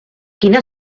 quina